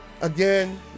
again